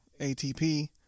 ATP